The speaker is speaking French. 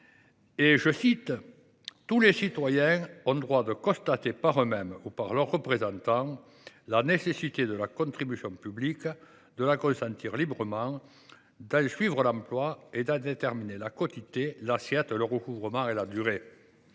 ajoute que « tous les citoyens ont le droit de constater, par eux mêmes ou par leurs représentants, la nécessité de la contribution publique, de la consentir librement, d’en suivre l’emploi, et d’en déterminer la quotité, l’assiette, le recouvrement et la durée ».